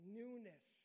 newness